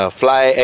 fly